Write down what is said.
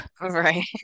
Right